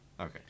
Okay